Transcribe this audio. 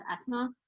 asthma